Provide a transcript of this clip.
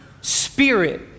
spirit